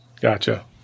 gotcha